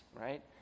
right